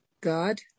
God